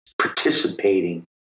participating